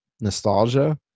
nostalgia